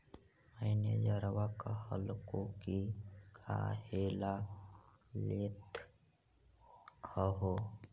मैनेजरवा कहलको कि काहेला लेथ हहो?